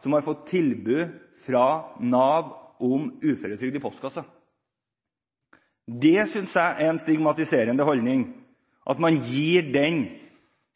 som har fått tilbud fra Nav om uføretrygd i postkassen. Det synes jeg er en stigmatiserende holdning: Man sender